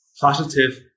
positive